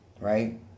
right